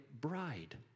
bride